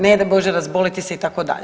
Ne daj bože razboliti se itd.